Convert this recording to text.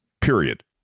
Period